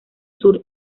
sur